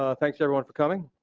ah thanks everyone for coming.